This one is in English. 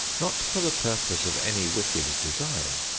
not for the purposes of any wicked design,